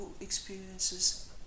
experiences